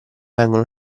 vengono